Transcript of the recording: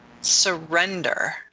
surrender